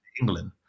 England